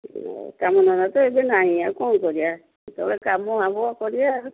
କାମ ଧନ୍ଦା ତ ଏବେ ନାଇ ତ ଏବେ ନାଇ ଆଉ କ'ଣ କରିବା ଯେତେବେଳେ କାମ ହେବ କରିବା